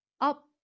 up